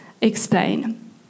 explain